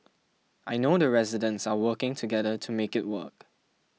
I know the residents are working together to make it work